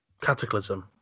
cataclysm